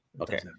Okay